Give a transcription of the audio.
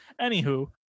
anywho